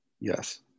Yes